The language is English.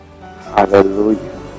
Hallelujah